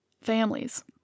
Families